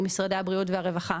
אם משרדי הבריאות והרווחה,